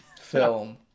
film